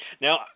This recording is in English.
Now